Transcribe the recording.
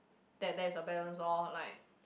that there is a balance orh like